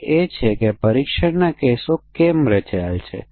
તેથી સ્પષ્ટીકરણમાં જ સીમા પર સમસ્યા છે